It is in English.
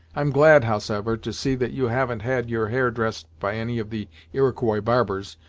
i'm glad, howsever, to see that you haven't had your hair dressed by any of the iroquois barbers,